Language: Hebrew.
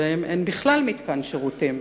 שבהם אין בכלל מתקן שירותים.